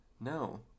No